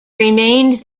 remained